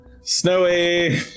Snowy